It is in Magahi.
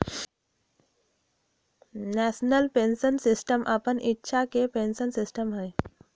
नेशनल पेंशन सिस्टम अप्पन इच्छा के पेंशन सिस्टम हइ